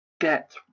get